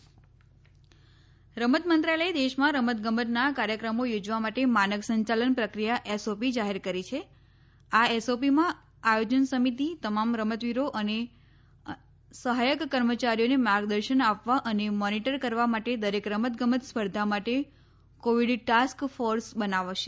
રમત મંત્રાલય રમત મંત્રાલયે દેશમાં રમતગમતના કાર્યક્રમો યોજવા માટે માનક સંચાલન પ્રક્રિયા એસઓપી જાહેર કરી છે આ એસઓપીમાં આયોજન સમિતિ તમામ રમતવીરો અને સહાયક કર્મચારીઓને માર્ગદર્શન આપવા અને મોનિટર કરવા માટે દરેક રમત ગમત સ્પર્ધા માટે કોવિડ ટાસ્ક ફોર્સ બનાવશે